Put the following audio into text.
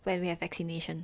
when we have vaccination